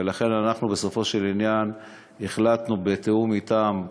ולכן בסופו של עניין החלטנו, בתיאום אתם,